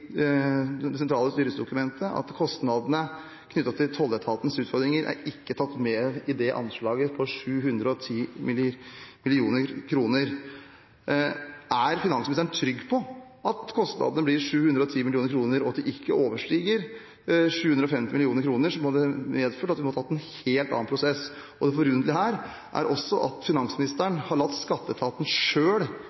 det sentrale styringsdokumentet at kostnadene knyttet til tolletatens utfordringer ikke er tatt med i anslaget på 710 mill. kr. Er finansministeren trygg på at kostnadene blir 710 mill. kr, og at de ikke overstiger 750 mill. kr, som ville ha medført at vi måtte hatt en helt annen prosess? Det forunderlige her er også at finansministeren har latt skatteetaten